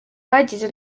bagize